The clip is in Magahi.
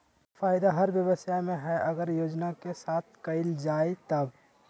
फायदा हर व्यवसाय में हइ अगर योजना के साथ कइल जाय तब